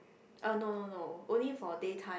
uh no no no only for day time